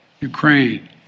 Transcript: Ukraine